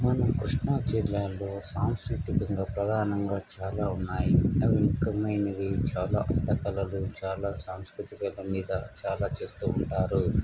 మన కృష్ణా జిల్లాలో సాంస్కృతికంగా ప్రధానంగా చాలా ఉన్నాయి అవి ముఖ్యమైనవి చాలా హస్త కళలు చాలా సాంస్కృతిక మీద చాలా చేస్తూ ఉంటారు